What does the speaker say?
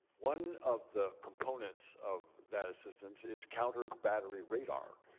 one of the components of that assistance is counter battery radar.